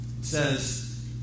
says